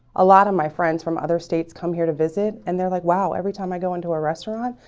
a lot of my friends from other states come here to visit and they're like wow, every time i go into a restaurant.